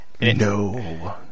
no